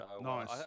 Nice